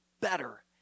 better